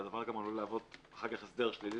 והדבר גם עלול להוות אחר כך הסדר שלילי